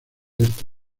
este